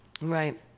right